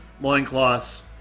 loincloths